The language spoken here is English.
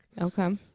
Okay